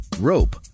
rope